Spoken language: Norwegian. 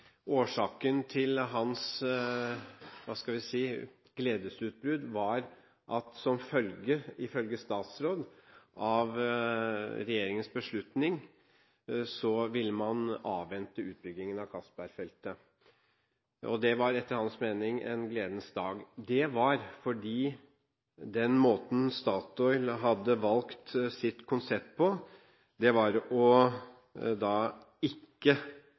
Årsaken til hans – hva skal vi si – gledesutbrudd var ifølge statsråd regjeringens beslutning at man ville avvente utbyggingen av Castberg-feltet. Dette var, etter Ropstads mening, en gledens dag, fordi Statoil hadde valgt et konsept der de ikke ville gå for elektrifisering fra land. For øvrig er det